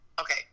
Okay